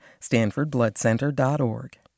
StanfordBloodCenter.org